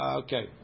okay